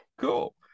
Cool